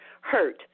Hurt